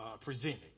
presented